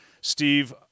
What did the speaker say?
Steve